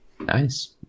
Nice